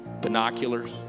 binoculars